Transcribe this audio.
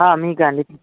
మీకా అండి